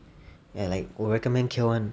ya like will recommend kale [one]